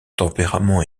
tempérament